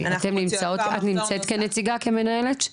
את נמצאת כנציגה, כמנהלת?